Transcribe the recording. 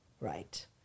right